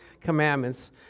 commandments